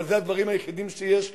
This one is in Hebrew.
אבל אלה הדברים היחידים שיש לו,